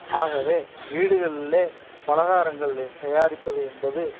ஆகவே வீடுகளிலே பலகாரங்கள் ச் தயாரிப்பது என்பது